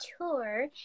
tour